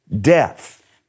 death